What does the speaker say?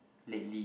lately